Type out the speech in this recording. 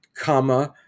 comma